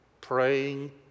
praying